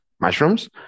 mushrooms